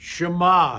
Shema